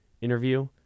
interview